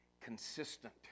consistent